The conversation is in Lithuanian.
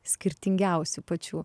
skirtingiausių pačių